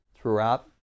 throughout